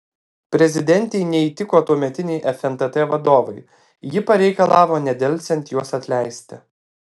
prezidentei neįtiko tuometiniai fntt vadovai ji pareikalavo nedelsiant juos atleisti